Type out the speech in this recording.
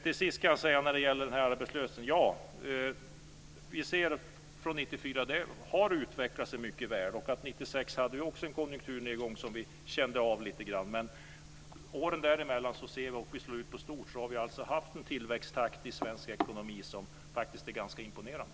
Till sist ska jag säga något om detta med arbetslösheten. Vi ser att detta har utvecklat sig mycket väl från 1994. Vi hade en konjunkturnedgång också 1996 som vi kände av lite grann, men åren däremellan har vi, om vi slår ut det stort, haft en tillväxttakt i svensk ekonomi som faktiskt är ganska imponerande.